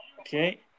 Okay